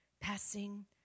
passing